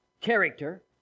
character